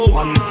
one